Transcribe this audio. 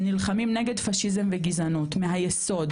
שנלחמים נגד פשיזם וגזענות מהיסוד,